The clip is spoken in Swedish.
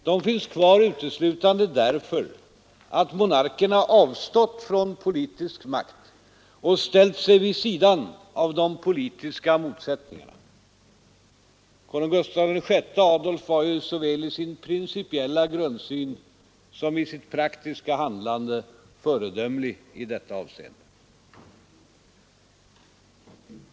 De finns kvar uteslutande därför att monarkerna avstått från politisk makt och ställt sig vid sidan av de politiska motsättningarna. Konung Gustaf VI Adolf var ju såväl i sin principiella grundsyn som i sitt praktiska handlande föredömlig i detta avseende.